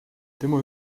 tema